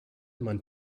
man